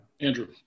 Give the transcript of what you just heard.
Andrew